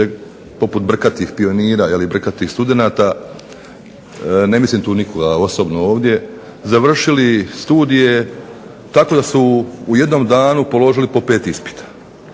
poput brkatih pionira, brkatih studenata, ne mislim tu nikoga osobno ovdje, završili studije tako da su u jednom danu položili po 5 ispita.